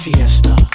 Fiesta